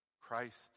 Christ